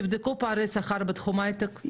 תבדקו את פערי השכר בתחום ההייטק,